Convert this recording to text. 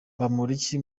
bamporiki